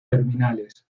terminales